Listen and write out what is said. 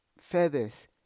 feathers